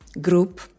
group